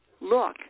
look